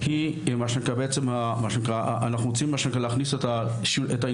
אנחנו רוצים להכניס אותה